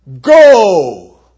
Go